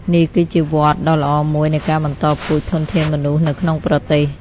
នេះគឺជាវដ្តដ៏ល្អមួយនៃការបន្តពូជធនធានមនុស្សនៅក្នុងប្រទេស។